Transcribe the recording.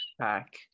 pack